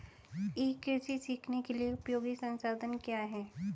ई कृषि सीखने के लिए उपयोगी संसाधन क्या हैं?